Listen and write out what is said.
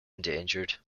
endangered